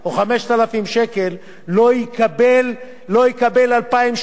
לא יקבל 2,000 שקל שמקבלת כל המדינה,